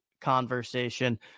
conversation